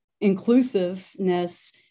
inclusiveness